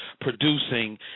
producing